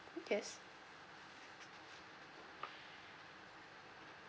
yes